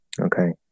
Okay